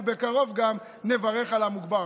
ובקרוב גם נברך על המוגמר.